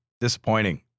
disappointing